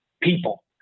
people